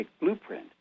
blueprint